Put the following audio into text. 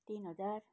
तिन हजार